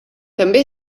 també